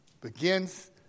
begins